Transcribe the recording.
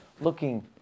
looking